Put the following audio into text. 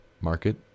market